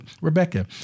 Rebecca